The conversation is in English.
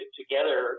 together